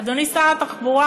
אדוני שר התחבורה,